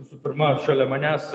visų pirma šalia manęs